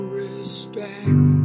respect